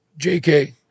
JK